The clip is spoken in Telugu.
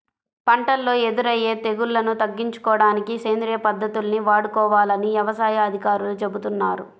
పంటల్లో ఎదురయ్యే తెగుల్లను తగ్గించుకోడానికి సేంద్రియ పద్దతుల్ని వాడుకోవాలని యవసాయ అధికారులు చెబుతున్నారు